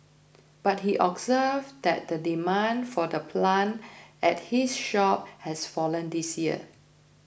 but he observed that the demand for the plant at his shop has fallen this year